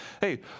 Hey